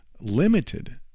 limited